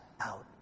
out